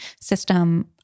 system